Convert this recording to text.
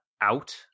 out